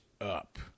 up